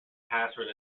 password